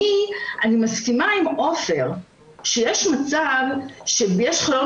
אני מסכימה עם עופר שיש מצב שיש חלון